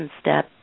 step